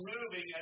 moving